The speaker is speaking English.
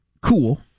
cool